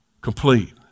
complete